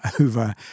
over